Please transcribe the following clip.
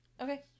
Okay